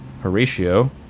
Horatio